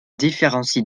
différencie